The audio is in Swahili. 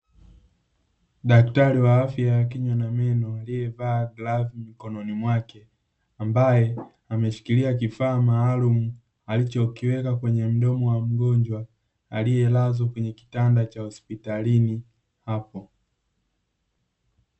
Daktari wa afya wa kinywa na meno aliyevaa glavu mikononi mwake, ambaye ameshikilia kifaa maalumu, alichokiweka kwenye mdomo wa mgonjwa aliyelazwa kwenye kitanda cha hospitalini hapo.